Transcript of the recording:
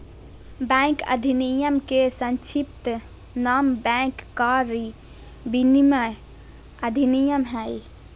bank अधिनयम के संक्षिप्त नाम बैंक कारी विनयमन अधिनयम हइ